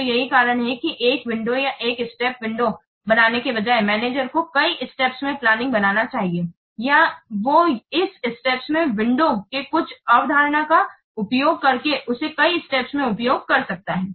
तो यही कारण है कि एक विंडो या एक स्टेप्स बनाने के बजाय मैनेजर को कई स्टेप्स में प्लानिंग बनाना चाहिए या वो इस स्टेप्स में विंडो के कुछ अवधारणा का उपयोग करके उसे कई स्टेप्स में उपयोग कर सकता हूं